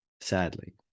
Sadly